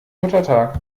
muttertag